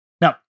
Now